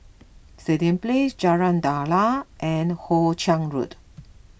Stadium Place Jalan Daliah and Hoe Chiang Road